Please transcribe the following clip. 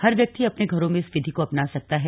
हर व्यक्ति अपने घरों में इस विधि को अपना सकता है